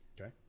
Okay